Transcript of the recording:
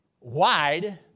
wide